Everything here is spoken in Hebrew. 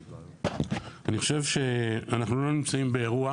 אני חושב שאנחנו לא נמצאים באירוע,